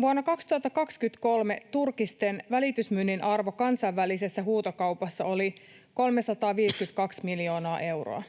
vuonna 2023 turkisten välitysmyynnin arvo kansainvälisessä huutokaupassa oli 352 miljoonaa euroa.